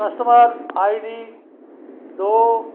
customer ID ਦੋ